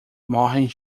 morrem